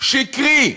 שקרי,